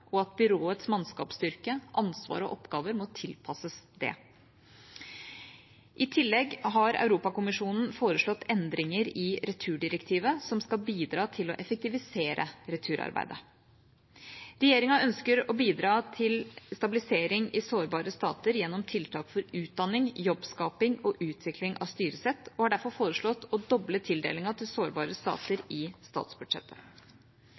og at byråets mannskapsstyrke, ansvar og oppgaver må tilpasses det. I tillegg har Europakommisjonen foreslått endringer i returdirektivet, som skal bidra til å effektivisere returarbeidet. Regjeringa ønsker å bidra til stabilisering i sårbare stater gjennom tiltak til utdanning, jobbskaping og utvikling av styresett og har derfor foreslått å doble tildelingen til sårbare stater i statsbudsjettet.